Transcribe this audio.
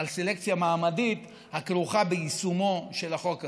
על סלקציה מעמדית הכרוכה ביישומו של החוק הזה.